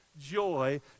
joy